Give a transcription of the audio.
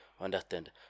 Understand